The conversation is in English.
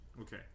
Okay